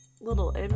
little